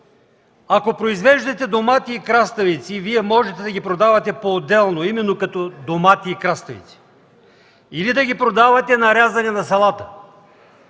Ако произвеждате домати и краставици и можете да ги продавате поотделно именно като домати и краставици, или да ги продавате като нарязани на салата,